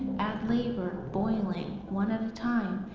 add labor boiling, one ah time,